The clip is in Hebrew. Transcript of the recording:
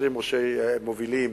ו-20 מובילים